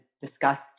discussed